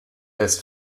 his